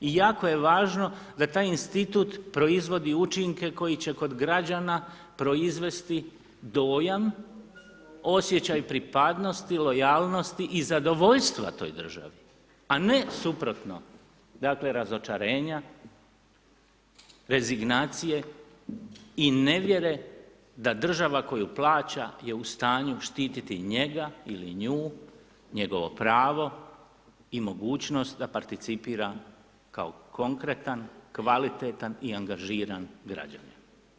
I jako je važno da taj institut proizvodi učinke koji će kod građana proizvesti dojam, osjećaj pripadnosti, lojalnosti i zadovoljstva toj državi, a ne suprotno, dakle, razočarenja, rezignacije i nevjere, da država koju plaća, je u stanju štitit njega ili nju, njegovo pravo i mogućnost da participira kao konkretan, kvalitetan i angažiran građanin.